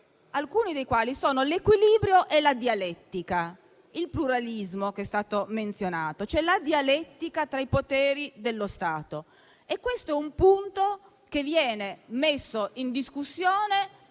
alcuni dei quali sono l'equilibrio e la dialettica, il pluralismo che è stato menzionato, cioè la dialettica tra i poteri dello Stato. E questo è un punto che viene messo in discussione